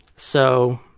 so